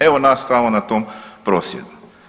Evo nas tamo na tom prosvjedu.